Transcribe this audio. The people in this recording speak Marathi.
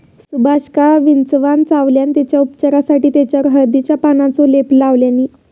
सुभाषका विंचवान चावल्यान तेच्या उपचारासाठी तेच्यावर हळदीच्या पानांचो लेप लावल्यानी